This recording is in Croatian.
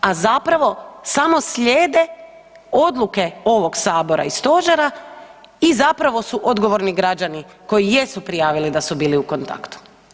A zapravo samo slijede odluke ovog sabora i stožera i zapravo su odgovorni građani koji jesu prijavili da su bili u kontaktu.